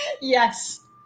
Yes